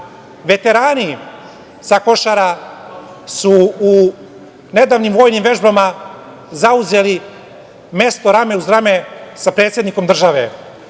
veterani sa Košara su u nedavnim vojnim vežbama, zauzeli mesto rame uz rame sa predsednikom države,